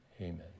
amen